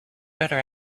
better